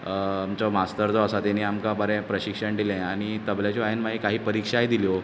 आमचो मास्तर जो आसा तेणी आमकां बरें प्रशिक्षण दिलें आनी तबल्याचो हांवेंन मागीर काही परिक्षाय दिल्यो